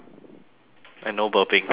and no burping